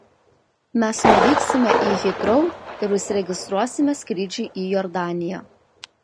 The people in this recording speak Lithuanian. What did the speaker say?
mes nuvyksime į hitrou ir užsiregistruosime skrydžiui į jordaniją